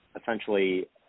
essentially